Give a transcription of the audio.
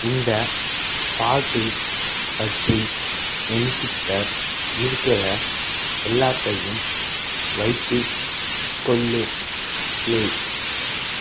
இந்தப் பாட்டு பற்றி என்கிட்டே இருக்கிற எல்லாத்தையும் வைத்து கொள் ப்ளீஸ்